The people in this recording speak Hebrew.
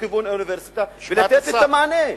לכיוון אוניברסיטה, ולתת את המענה.